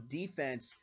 defense